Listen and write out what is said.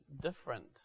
different